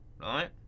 right